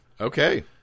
Okay